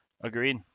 Agreed